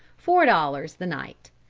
four dollars the night.